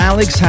Alex